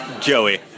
Joey